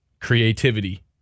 creativity